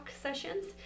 sessions